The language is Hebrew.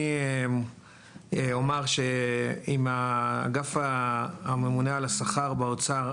אני אומר שאם האגף הממונה על השכר באוצר,